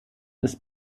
ist